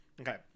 okay